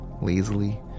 lazily